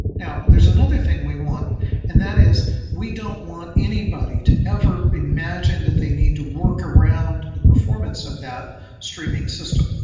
now there's another thing we want and that is we don't want anybody to ever imagine that they need to work around the performance of that streaming system.